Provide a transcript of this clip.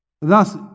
Thus